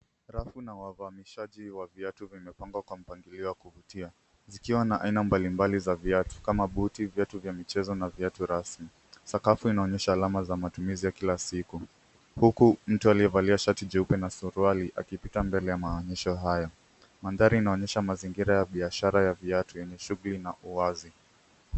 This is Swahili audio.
Rafu na wavamishaji wa viatu vimepangwa kwa mpangilio wa kuvutia, zikiwa na aina mbali mbali za viatu kama buti ,viatu vya michezo na viatu rasmi. Sakafu inaonyesha alama za matumizi ya kila siku, huku mtu aliyevalia shati njeupe na suruari akipita mbele ya maonyesho haya .Mandhari inaonyesha mazingira ya biashara ya viatu yenye shuguli na uwazi.